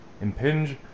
impinge